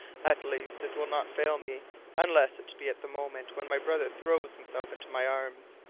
at least it will not fail me unless it be at the moment when my brother throws himself into my arms.